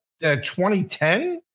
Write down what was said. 2010